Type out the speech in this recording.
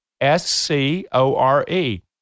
S-C-O-R-E